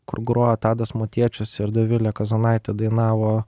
kur grojo tadas motiečius ir dovilė kazonaitė dainavo